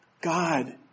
God